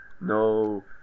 no